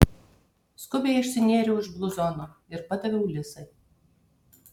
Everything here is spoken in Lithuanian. skubiai išsinėriau iš bluzono ir padaviau lisai